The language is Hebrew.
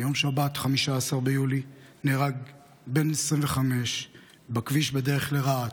ביום שבת 15 ביולי נהרג בן 25 בכביש בדרך לרהט,